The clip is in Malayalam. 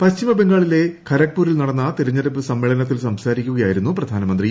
പശ്ചിമബംഗാളിലെ ഖരഗ്പൂരിൽ നടന്ന തെരഞ്ഞെടുപ്പ് സമ്മേനത്തിൽ സംസാരിക്കുകയായിരുന്നു പ്രധാനമന്ത്രി